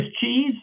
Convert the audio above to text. cheese